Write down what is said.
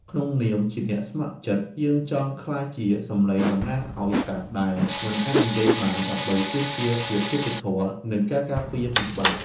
ក្នុងនាមជាអ្នកស្ម័គ្រចិត្ត យើងចង់ក្លាយជាសំឡេងតំណាងឱ្យសត្វដែលមិនអាចនិយាយបាន ដើម្បីទាមទារភាពយុត្តិធម៌ និងការការពារពីច្បាប់។